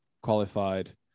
qualified